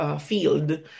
Field